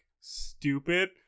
stupid